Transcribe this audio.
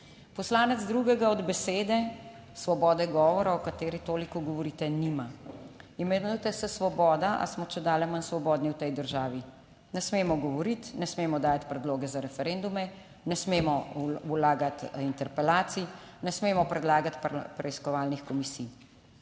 Poslanec drugega od besede svobode govora, o kateri toliko govorite, nima. Imenujete se svoboda, ali smo čedalje manj svobodni v tej državi? Ne smemo govoriti, ne smemo dajati predloge za referendume, ne smemo vlagati interpelacij, ne smemo predlagati preiskovalnih komisij.